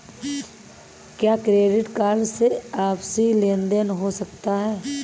क्या credit card से आपसी लेनदेन हो सकता है?